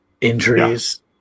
Injuries